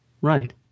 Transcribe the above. Right